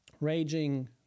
raging